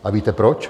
A víte proč?